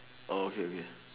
orh okay okay